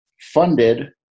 funded